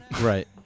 Right